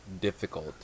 difficult